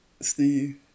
Steve